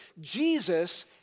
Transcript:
Jesus